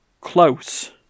close